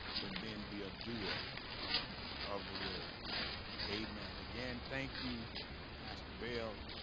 but then be a doer of the word amen again. thank you pastor bill